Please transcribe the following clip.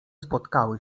spotkały